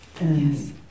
Yes